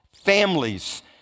families